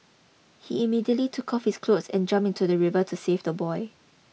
he immediately took off his cloth and jump into the river to save the boy